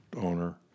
owner